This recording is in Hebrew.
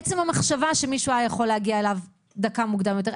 עצם המחשבה שמישהו יכול היה להגיע אליו דקה מוקדם יותר,